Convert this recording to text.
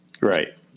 right